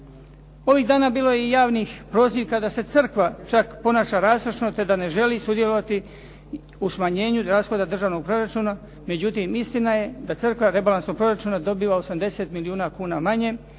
Ovih dana bilo je i javnih prozivka da se crkva čak ponaša rastrošno te da ne želi sudjelovati u smanjenju rashoda državnog proračuna, međutim istina je da crkva rebalansom proračuna dobiva 80 milijuna kuna manje